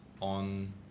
on